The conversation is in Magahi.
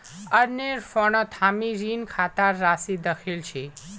अरनेर फोनत हामी ऋण खातार राशि दखिल छि